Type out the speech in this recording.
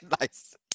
nice